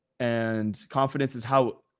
and confidence is how,